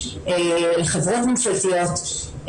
חברות ממשלתיות,